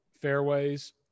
fairways